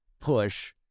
push